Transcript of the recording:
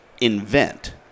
invent